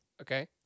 Okay